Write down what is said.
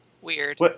Weird